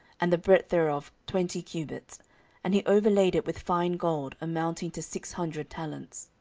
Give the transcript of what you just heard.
and the breadth thereof twenty cubits and he overlaid it with fine gold, amounting to six hundred talents.